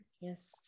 yes